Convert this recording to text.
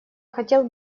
хотел